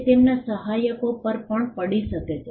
તે તેમના સહાયકો પર પણ પડી શકે છે